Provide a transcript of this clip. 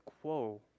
quo